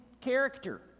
character